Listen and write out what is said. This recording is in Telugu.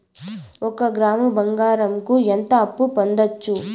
ఒక గ్రాము బంగారంకు ఎంత అప్పు పొందొచ్చు